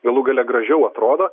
galų gale gražiau atrodo